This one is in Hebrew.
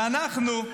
ואנחנו,